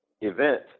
event